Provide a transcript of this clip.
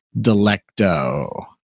delecto